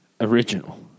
original